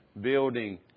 building